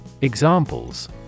Examples